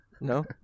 No